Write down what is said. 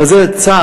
אבל זה צער,